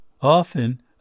Often